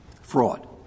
fraud